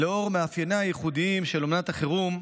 לאור מאפייניה הייחודיים של אומנת החירום,